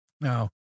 Now